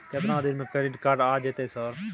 केतना दिन में क्रेडिट कार्ड आ जेतै सर?